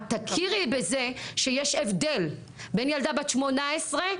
את תכירי בזה שיש הבדל בין ילדה בת 18,